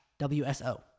WSO